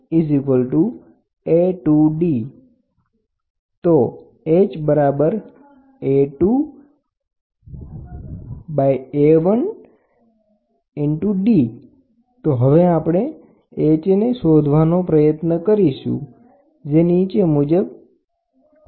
તો હવે આપણે h ને શોધવાનો પ્રયત્ન કરીશું હવે આપણે h ની કિંમત ને સમીકરણ 1 માં મુકીશું અને હવે આપણને જે પરિણામ મળશે તે નીચે મુજબ છે